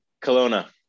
Kelowna